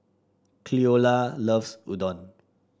Cleola loves Udon